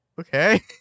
Okay